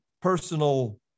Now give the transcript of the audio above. personal